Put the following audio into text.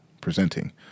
presenting